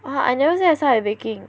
!wah! I never say I suck at baking